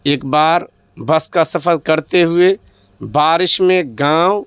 ایک بار بس کا سفر کرتے ہوئے بارش میں گاؤں